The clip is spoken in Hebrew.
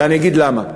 ואני אגיד למה.